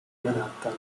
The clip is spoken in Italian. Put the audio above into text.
manhattan